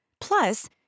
Plus